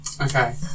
okay